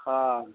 हाँ